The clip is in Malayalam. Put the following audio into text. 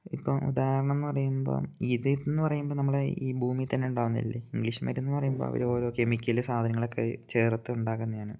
ഇപ്പം ഉദാഹരണം എന്ന് പറയുമ്പം ഇതിൽ നിന്ന് പറയുമ്പം നമ്മൾ ഈ ഭൂമി തന്നെ ഉണ്ടാവുന്നത് അല്ലേ ഇംഗ്ലീഷ് മരുന്ന് എന്ന് പറയുമ്പോൾ അവർ ഓരോ കെമിക്കല് സാധനങ്ങൾ ഒക്കെ ചേർത്തുണ്ടാക്കുന്നത് ആണ്